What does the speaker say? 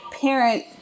parent